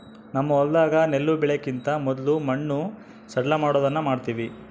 ನಮ್ಮ ಹೊಲದಾಗ ನೆಲ್ಲು ಬೆಳೆಕಿಂತ ಮೊದ್ಲು ಮಣ್ಣು ಸಡ್ಲಮಾಡೊದನ್ನ ಮಾಡ್ತವಿ